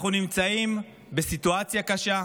אנחנו נמצאים בסיטואציה קשה,